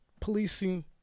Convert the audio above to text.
policing